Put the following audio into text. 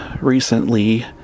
recently